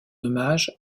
hommage